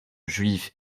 juifs